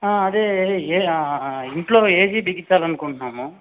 అదే ఇంట్లో ఏసి బిగించాలి అనుకుంటున్నాము